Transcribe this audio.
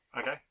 Okay